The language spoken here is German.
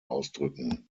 ausdrücken